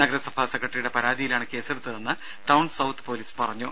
നഗര സഭാ സെക്രട്ടറിയുടെ പരാതിയിലാണ് കേസെടുത്തതെന്ന് ടൌൺ സൌത്ത് പോലീസ് പറഞ്ഞു